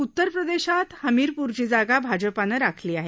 उत्तर प्रदेशात हमिरपूरची जागा भाजपानं राखली आहे